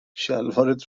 شلوارت